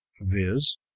viz